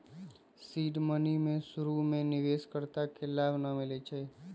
seed money में शुरु में निवेश कर्ता के लाभ न मिलै छइ